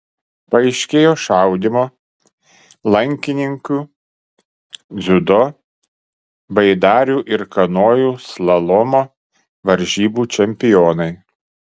paaiškėjo šaudymo lankininkių dziudo baidarių ir kanojų slalomo varžybų čempionai